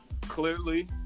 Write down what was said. Clearly